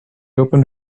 opened